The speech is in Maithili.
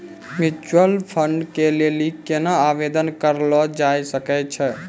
म्यूचुअल फंड के लेली केना आवेदन करलो जाय सकै छै?